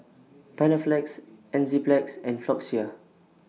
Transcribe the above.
Panaflex Enzyplex and Floxia